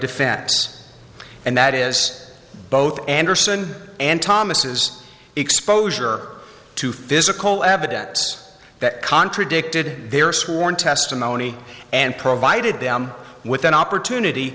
defense and that is both anderson and thomas's exposure to physical evidence that contradicted their sworn testimony and provided them with an opportunity